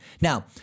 Now